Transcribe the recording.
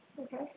Okay